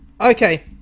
Okay